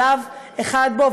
שלב אחד בו,